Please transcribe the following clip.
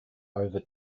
over